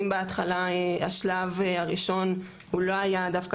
אם בהתחלה השלב הראשון הוא לא היה דווקא